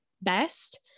best